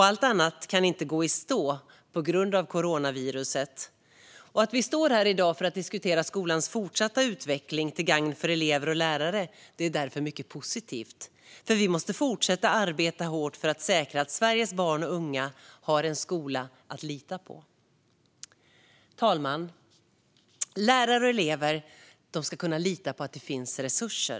Allt annat kan inte heller gå i stå på grund av coronaviruset. Att vi står här i dag för att diskutera skolans fortsatta utveckling, till gagn för elever och lärare, är därför mycket positivt. Vi måste nämligen fortsätta arbeta hårt för att säkra att Sveriges barn och unga har en skola att lita på. Fru talman! Lärare och elever ska kunna lita på att det finns resurser.